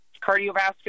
cardiovascular